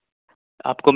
آپ کو